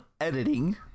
editing